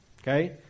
okay